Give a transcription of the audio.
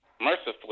mercifully